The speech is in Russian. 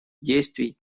действий